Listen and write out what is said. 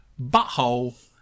butthole